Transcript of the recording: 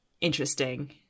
interesting